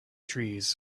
trees